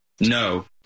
No